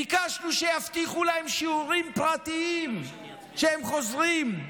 ביקשנו שיבטיחו להם שיעורים פרטיים כשהם חוזרים,